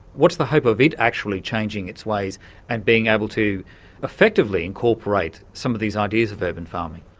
what's the hope of it actually changing its ways and being able to effectively incorporate some of these ideas of urban farming?